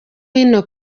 hino